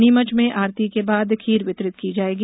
नीमच में आरती के बाद खीर वितरित की जाएगी